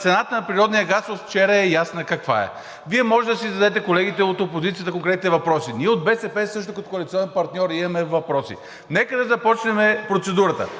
Цената на природния газ от вчера е ясно каква е. Вие можете да си зададете, колеги от опозицията, конкретните въпроси. Ние от БСП като коалиционен партньор също имаме въпроси. Нека да започнем процедурата.